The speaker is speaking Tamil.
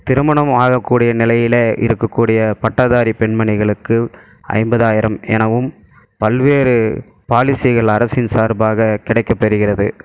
திருமணம் ஆகக்கூடிய நிலையிலே இருக்கக்கூடிய பட்டதாரி பெண்மணிகளுக்கு ஐம்பதாயிரம் எனவும் பல்வேறு பாலிசிகள் அரசின் சார்பாக கிடைக்கப்பெறுகிறது